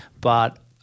but-